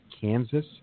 Kansas